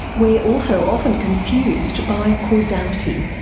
we're also often confused by causality.